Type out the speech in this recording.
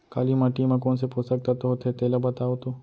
काली माटी म कोन से पोसक तत्व होथे तेला बताओ तो?